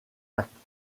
actes